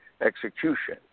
execution